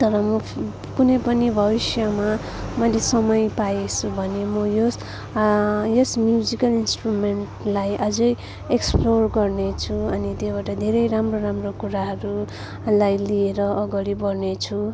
तर म कुनै पनि भविष्यमा मैले समय पाएछु भने म यस यस म्युजिकल इन्ट्रुमेन्टलाई अझ एक्सप्लोर गर्नेछु अनि त्योबाट धेरै राम्रो राम्रो कुराहरू लाई लिएर अघाडि बढ्नेछु